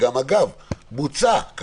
אגב, זה גם בוצע.